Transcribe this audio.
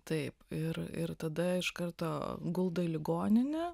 taip ir ir tada iš karto guldo į ligoninę